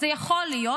זה יכול להיות,